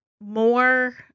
more